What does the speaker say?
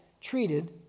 treated